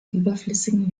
überflüssigen